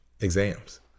exams